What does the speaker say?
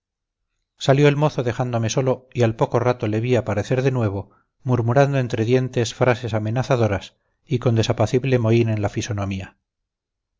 salió el mozo dejándome solo y al poco rato le vi aparecer de nuevo murmurando entre dientes frases amenazadoras y con desapacible mohín en la fisonomía